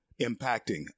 impacting